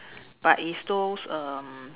but it's those um